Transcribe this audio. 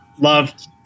loved